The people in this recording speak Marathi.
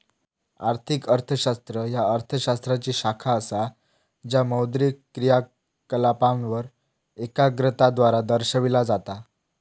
आर्थिक अर्थशास्त्र ह्या अर्थ शास्त्राची शाखा असा ज्या मौद्रिक क्रियाकलापांवर एकाग्रता द्वारा दर्शविला जाता